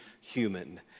human